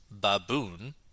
Baboon